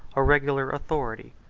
a regular authority,